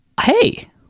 hey